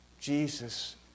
Jesus